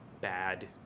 bad